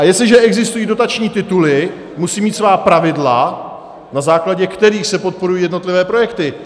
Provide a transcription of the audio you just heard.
Jestliže existují dotační tituly, musí mít svá pravidla, na základě kterých se podporují jednotlivé projekty.